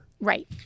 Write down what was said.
Right